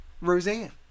Roseanne